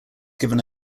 given